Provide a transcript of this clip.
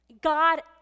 God